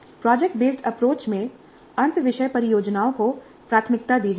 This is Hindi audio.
प्रोजेक्ट बेस्ड अप्रोच में अंतःविषय परियोजनाओं को प्राथमिकता दी जाती है